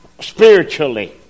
Spiritually